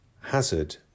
hazard